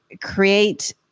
create